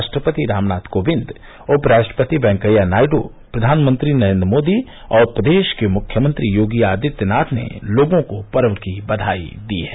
राष्ट्रपति रामनाथ कोविंद उप राष्ट्रपति वेंकैया नायडू प्रधानमंत्री नरेंद्र मोदी और प्रदेश के मुख्यमंत्री योगी आदित्यनाथ ने लोगों को पर्व की बघाई दी है